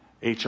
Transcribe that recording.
HR